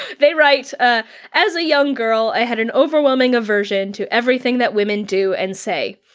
they write ah as a young girl i had an overwhelming aversion to everything that women do and say.